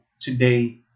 today